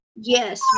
Yes